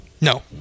No